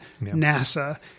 NASA